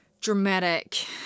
dramatic